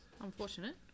unfortunate